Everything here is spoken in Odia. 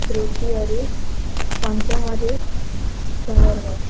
ତୃତୀୟରେ ପଞ୍ଚମରେ ସୁନ୍ଦରଗଡ଼